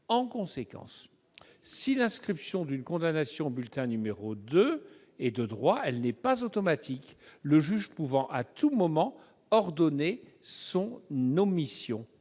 En conséquence, si l'inscription d'une condamnation au bulletin n° 2 du casier judiciaire est de droit, elle n'est pas automatique, le juge pouvant à tout moment ordonner son omission.